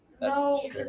No